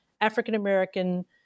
African-American